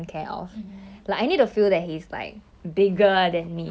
what if like what if he's one eight zero but 他 like 很瘦 like